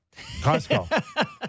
Costco